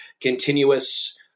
continuous